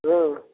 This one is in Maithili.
हँ